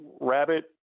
rabbit